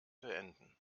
beenden